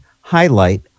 highlight